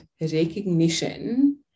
recognition